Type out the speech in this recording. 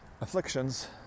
afflictions